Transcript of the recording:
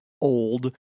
old